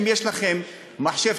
אם יש לכם מחשב,